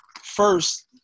first